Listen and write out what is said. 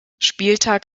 spieltag